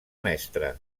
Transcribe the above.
mestre